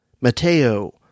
Mateo